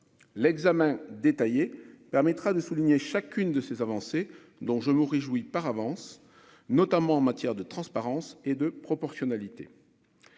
l'examen détaillé permettra de souligner, chacune de ces avancées dont je me réjouis par avance, notamment en matière de transparence et de proportionnalité,